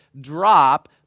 drop